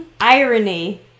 Irony